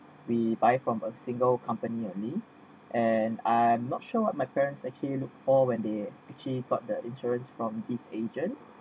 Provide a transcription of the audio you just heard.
we buy from a single company only and I'm not sure what my parents actually look for when they actually got the insurance from this agent